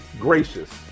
gracious